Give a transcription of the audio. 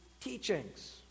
teachings